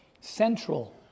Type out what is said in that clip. central